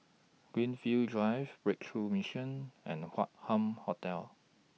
Greenfield Drive Breakthrough Mission and Hup Hotel